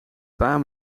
paar